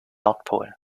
nordpol